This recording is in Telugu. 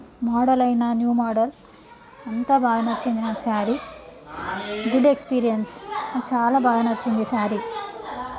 మోడల్ అయినా న్యూ మోడల్ అంతా బాగా నచ్చింది నాకు శారీ గుడ్ ఎక్స్పీరియన్స్ చాలా బాగా నచ్చింది శారీ